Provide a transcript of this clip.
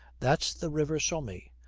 that's the river sommy.